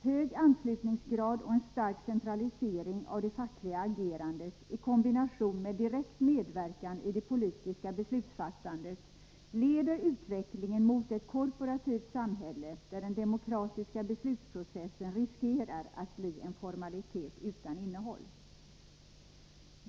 Hög anslutningsgrad och en stark centralisering av det ' fackliga agerandet i kombination med direkt medverkan i det politiska beslutsfattandet leder utvecklingen mot ett korporativt samhälle, där den demokratiska beslutsprocessen riskerar att bli en formalitet utan innehåll.